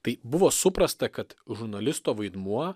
tai buvo suprasta kad žurnalisto vaidmuo